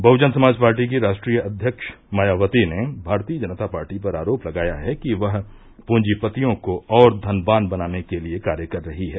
Bahujan Samaj party की राष्ट्रीय अध्यक्ष मायावती ने भारतीय जनता पार्टी पर आरोप लगाया है कि वह प्रंजीपतियों को और धनवान बनाने के लिये कार्य कर रही है